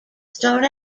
start